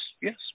yes